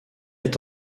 est